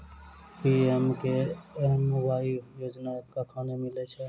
PMKMY योजना कखन मिलय छै?